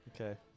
Okay